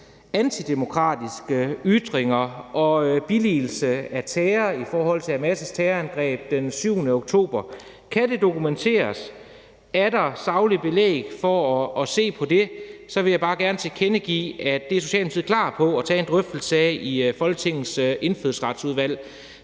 antidemokratiske ytringer og billigelse af terror i forhold til Hamas' terrorangreb den 7. oktober. Kan det dokumenteres, og er der sagligt belæg for at se på det, vil jeg bare gerne tilkendegive, at det er Socialdemokratiet klar på at tage en drøftelse af i Folketingets Indfødsretsudvalg.